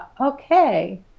okay